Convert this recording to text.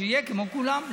שיהיה כמו כולם.